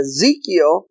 Ezekiel